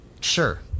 sure